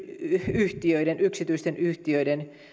yhtiöiden yksityisten yhtiöiden